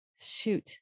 shoot